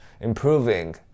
improving